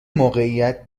موقعیت